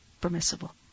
permissible